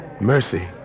Mercy